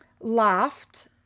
laughed